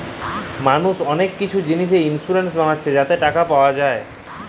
মালুস অলেক কিসি জিলিসে ইলসুরেলস বালাচ্ছে যাতে টাকা পায়